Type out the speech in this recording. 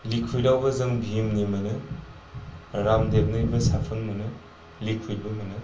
liquid आवबो जों भिम नि मोनो राममदेबनिबो साबोन मोनो लिकुइद बो मोनो